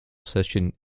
special